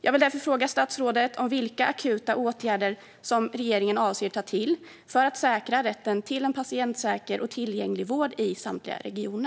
Jag vill därför fråga statsrådet vilka akuta åtgärder regeringen avser att vidta för att säkra rätten till en patientsäker och tillgänglig vård i samtliga regioner.